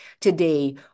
today